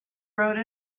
rode